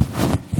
אדוני